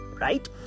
right